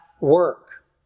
work